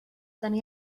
dani